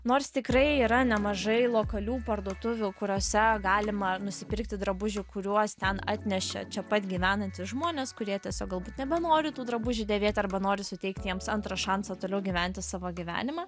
nors tikrai yra nemažai lokalių parduotuvių kuriose galima nusipirkti drabužių kuriuos ten atnešė čia pat gyvenantys žmonės kurie tiesiog galbūt nebenori tų drabužių dėvėti arba nori suteikti jiems antrą šansą toliau gyventi savo gyvenimą